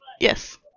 Yes